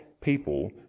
people